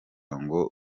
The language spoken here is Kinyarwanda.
ngo